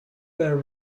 were